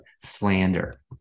slander